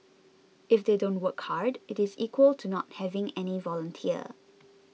if they don't work hard it is equal to not having any volunteer